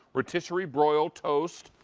rotisserie broil, toast,